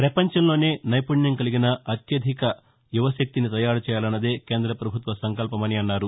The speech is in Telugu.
ప్రపంచంలోనే నైపుణ్యం కలిగిన అత్యధిక యువశక్తిని తయారు చేయాలన్నదే కేంద్ర పభుత్వ సంకల్పమని అన్నారు